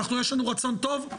שיש להם רצון טוב?